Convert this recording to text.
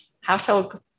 household